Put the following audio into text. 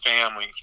family